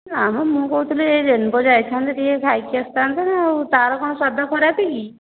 ନା ମ ମୁଁ କହୁଥିଲି ଏଇ ରେନ୍ବୋ ଯାଇଥାନ୍ତେ ଟିକିଏ ଖାଇକି ଆସିଥାନ୍ତେ ନା ଆଉ ତା'ର କ'ଣ ସ୍ଵାଦ ଖରାପ କି